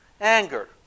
Anger